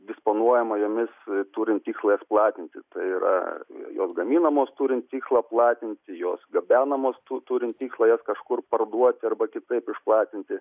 disponuojama jomis turint tikslą jas platinti tai yra jos gaminamos turint tikslą platinti jos gabenamos tu turint tikslą jas kažkur parduoti arba kitaip išplatinti